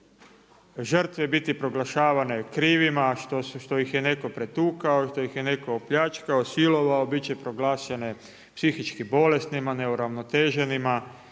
žrtve biti proglašavane krivima što ih je netko pretukao, što ih je netko opljačkao, silovao, biti će proglašene psihički bolesnima, neuravnoteženima